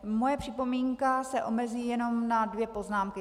Moje připomínka se omezí jenom na dvě poznámky.